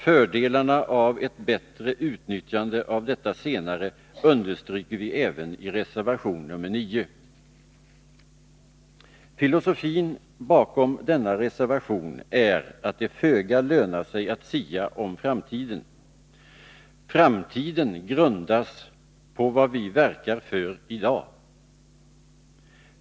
Fördelarna av ett bättre utnyttjande av detta senare understryker vi även i reservation nr 9. Filosofin bakom denna reservation är att det föga lönar sig att sia om framtiden. Framtiden grundas på vad vi verkar för i dag.